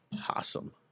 possum